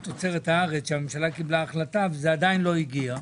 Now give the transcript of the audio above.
תוצרת הארץ שהממשלה קיבלה החלטה וזה עדיין לא הגיע,